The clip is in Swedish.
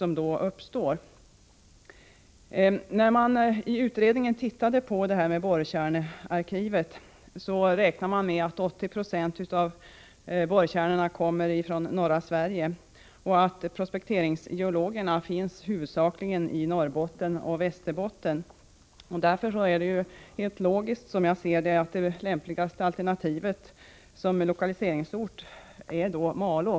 Den utredning som också har studerat detta borrkärnearkiv har räknat med att 80 96 av borrkärnorna kommer från norra Sverige och att prospekteringsgeologerna huvudsakligen finns i Norrbotten och Västerbotten. Därför är, som jag ser det, den lämpligaste orten för ett centralt borrkärnearkiv just Malå.